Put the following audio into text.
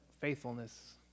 faithfulness